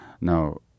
Now